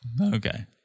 Okay